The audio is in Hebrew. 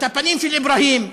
את הפנים של אברהים,